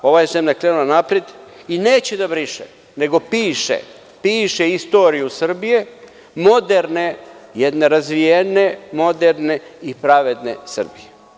Ova zemlja je krenula napred i neće da briše, nego piše, piše istoriju Srbije moderne, razvijene i pravedne Srbije.